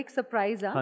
surprise